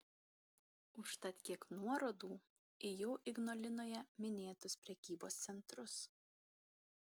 užtat kiek nuorodų į jau ignalinoje minėtus prekybos centrus